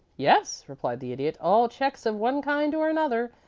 yes, replied the idiot. all checks of one kind or another.